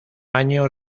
año